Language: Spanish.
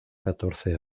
catorce